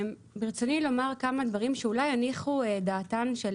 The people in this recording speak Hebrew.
ברצוני לומר כמה דברים שאולי יניחו את דעתם של